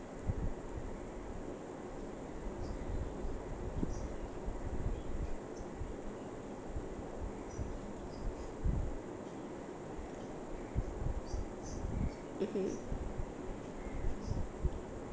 mmhmm